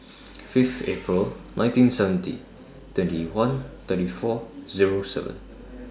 Fifth April nineteen seventy twenty one thirty four Zero seven